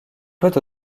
peut